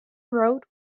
wrote